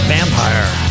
Vampire